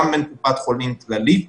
גם עם קופת חולים כללית